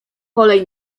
kolej